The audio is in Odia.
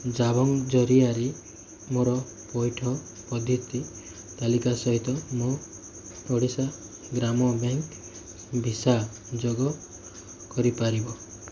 ଜାବଙ୍ଗ୍ ଜରିଆରେ ମୋର ପଇଠ ପଦ୍ଧତି ତାଲିକା ସହିତ ମୋ ଓଡ଼ିଶା ଗ୍ରାମ ବ୍ୟାଙ୍କ୍ ଭିସା ଯୋଗ କରିପାରିବ